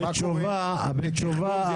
מה קורה כשבתכנון מגרש אחד --- התשובה,